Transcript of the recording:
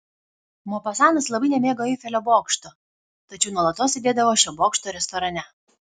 mopasanas labai nemėgo eifelio bokšto tačiau nuolatos sėdėdavo šio bokšto restorane